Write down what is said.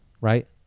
right